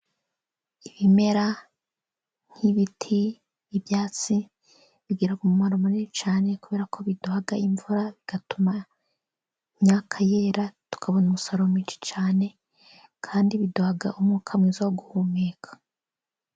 Ibimera nk'ibiti, ibyatsi bigira umumaro munini cyane kubera ko biduha imvura, bigatuma imyaka yera, tukabona umusaruro mwinshi cyane kandi biduha umwuka mwiza wo guhumeka.